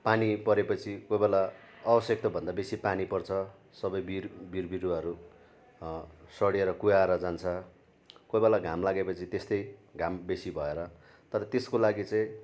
पानी परेपछि कोही बेला आवश्यकताभन्दा बेसी पानी पर्छ सबै बिउ बिउ बिरुवाहरू सढिएर कुवाएर जान्छ कोही बेला घाम लागेपछि त्यस्तै घाम बेसी भएर तर त्यसको लागि चाहिँ